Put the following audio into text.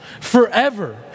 forever